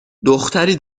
دختری